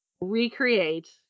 recreate